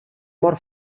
mor